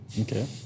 Okay